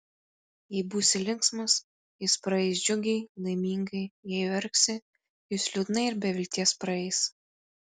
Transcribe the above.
jei būsi linksmas jis praeis džiugiai laimingai jei verksi jis liūdnai ir be vilties praeis